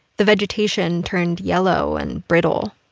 the vegetation turned yellow and brittle.